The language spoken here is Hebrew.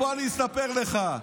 בוא אני אספר לך.